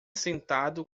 sentado